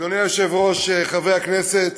אדוני היושב-ראש, חברי הכנסת,